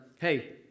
hey